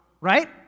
right